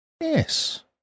Yes